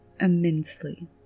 immensely